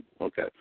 Okay